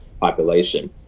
population